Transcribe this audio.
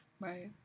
Right